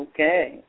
Okay